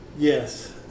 Yes